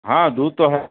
ہاں دودھ تو ہے